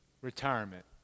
retirement